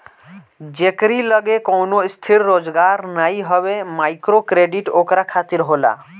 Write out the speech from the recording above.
जेकरी लगे कवनो स्थिर रोजगार नाइ हवे माइक्रोक्रेडिट ओकरा खातिर होला